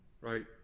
right